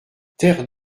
terre